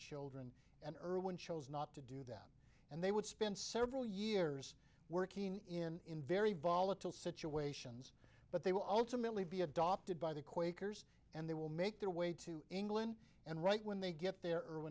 chip and irwin chose not to do that and they would spend several years working in in very volatile situations but they will ultimately be adopted by the quakers and they will make their way to england and right when they get there